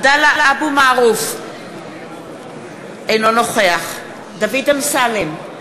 (קוראת בשמות חברי הכנסת)